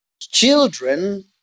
children